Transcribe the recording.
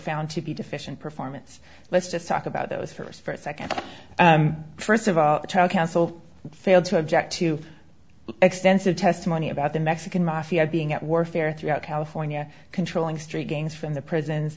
found to be deficient performance let's just talk about those first for a second first of all the trial counsel failed to object to extensive testimony about the mexican mafia being at war fare throughout california controlling street gangs from the prisons